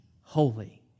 Holy